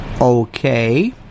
Okay